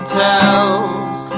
tells